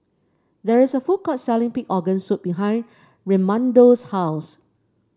there is a food court selling Pig Organ Soup behind Raymundo's house